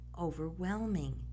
overwhelming